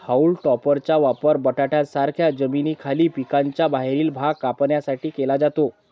haulm टॉपरचा वापर बटाट्यांसारख्या जमिनीखालील पिकांचा बाहेरील भाग कापण्यासाठी केला जातो